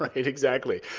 right, exactly.